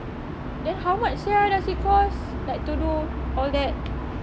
then how much sia does it cost like to do all that